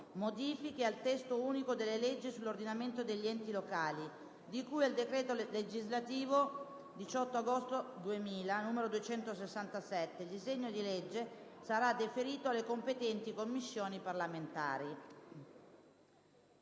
del Testo Unico delle leggi sull'ordinamento degli enti locali, di cui al decreto legislativo 18 agosto 2000, n. 267» (A.S. 2156-*quater*). Il disegno di legge sarà deferito alle competenti Commissioni parlamentari.